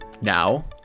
Now